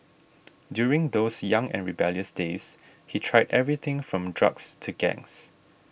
during those young and rebellious days he tried everything from drugs to gangs